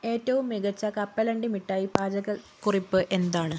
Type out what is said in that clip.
ഏറ്റവും മികച്ച കപ്പലണ്ടി മിഠായി പാചകക്കുറിപ്പ് എന്താണ്